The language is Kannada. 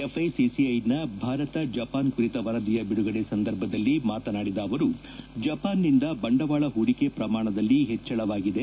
ಎಫ್ಐಸಿಸಿಐನ ಭಾರತ ಜಪಾನ್ ಕುರಿತ ವರದಿಯ ಬಿಡುಗಡೆ ಸಂದರ್ಭದಲ್ಲಿ ಮಾತನಾಡಿದ ಅವರು ಜಪಾನ್ನಿಂದ ಬಂಡವಾಳ ಹೂಡಿಕೆ ಪ್ರಮಾಣದಲ್ಲಿ ಹೆಚ್ಚಳವಾಗಿದೆ